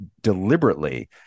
deliberately